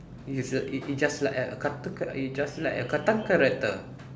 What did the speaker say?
it is a it it just like a cartoon cha~ it just like a cartoon character